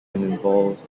involved